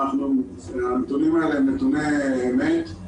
הנתונים האלה הם נתוני אמת.